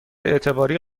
اعتباری